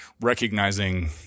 recognizing